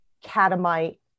catamite